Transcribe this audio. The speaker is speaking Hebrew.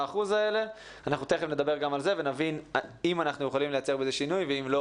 10%. תכף נדבר גם על זה ונבין אם אנחנו יכולים לייצר בזה שינוי ואם לא